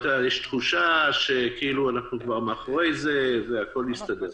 יש תחושה כאילו אנחנו כבר מאחורי זה והכול מסתדר.